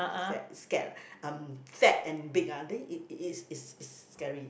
fat scared ah um fat and big lah then it it is is scary